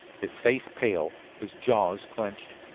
his face pale, his jaws clenched.